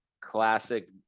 classic